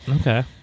Okay